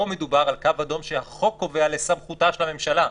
פה מדובר על קו אדום שהחוק קובע לסמכותה של הממשלה,